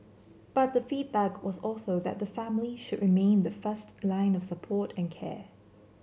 but the feedback was also that the family should remain the first line of support and care